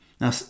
Now